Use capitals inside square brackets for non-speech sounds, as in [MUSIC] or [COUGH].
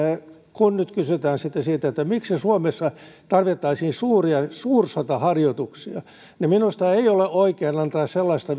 kun nyt kysytään sitten siitä miksi suomessa tarvittaisiin suursotaharjoituksia niin minusta ei ole oikein antaa sellaista [UNINTELLIGIBLE]